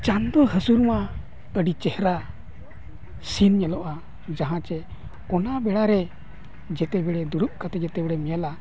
ᱪᱟᱸᱫᱳ ᱦᱟᱹᱥᱩᱨ ᱢᱟ ᱟᱹᱰᱤ ᱪᱮᱦᱨᱟ ᱥᱤᱱ ᱧᱮᱞᱚᱜᱼᱟ ᱡᱟᱦᱟᱸ ᱥᱮ ᱚᱱᱟ ᱵᱮᱲᱟᱨᱮ ᱡᱮᱛᱮ ᱵᱮᱲᱮ ᱫᱩᱲᱩᱵ ᱠᱟᱛᱮᱫ ᱡᱮᱛᱮ ᱵᱮᱲᱮᱢ ᱧᱮᱞᱟ